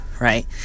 Right